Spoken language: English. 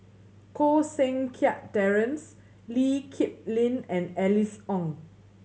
Koh Seng Kiat Terence Lee Kip Lin and Alice Ong